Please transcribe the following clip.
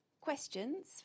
questions